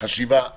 חשיבה שלכם.